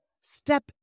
Step